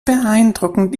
beeindruckend